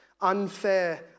unfair